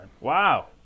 wow